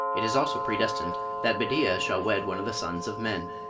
it is also predestined that bedeea shall wed one of the sons of men.